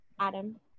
Adam